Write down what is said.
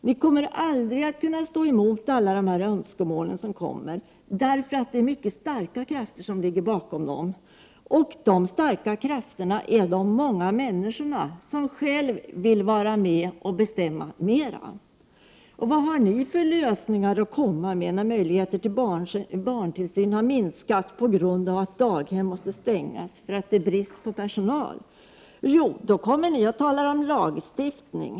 Ni kommer aldrig att kunna stå emot alla olika önskemål som förs fram, eftersom det är mycket starka krafter som ligger bakom dem. Dessa starka krafter utgörs av de många människor som själva vill vara med och ha ett större inflytande. Vad har socialdemokraterna för lösningar att komma med när möjligheterna till barntillsyn har minskat på grund av att daghem måste stängas till följd av brist på personal? Jo, då kommer ni och talar om lagstiftning.